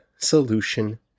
solution